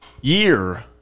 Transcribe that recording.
year